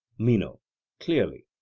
meno clearly.